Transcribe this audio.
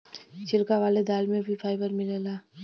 छिलका वाले दाल में भी फाइबर मिलला